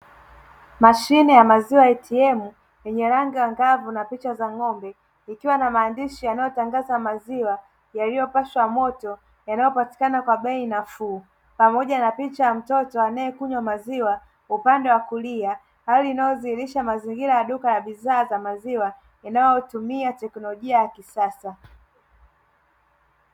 Mashine ya maziwa ya ATM yenye rangi angavu na picha za ng'ombe, ikiwa na maandishi yanayotangaza maziwa yaliyopashwa moto yanayopatikana kwa bei nafuu pamoja na picha ya mtoto anayekunywa maziwa upande wa kulia, hali inayodhihirisha mazingira ya duka la bidhaa za maziwa linalotumia teknolojia ya kisasa.